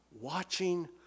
watching